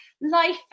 life